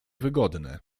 wygodne